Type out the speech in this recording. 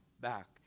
back